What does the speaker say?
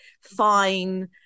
fine